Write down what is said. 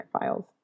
files